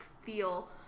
feel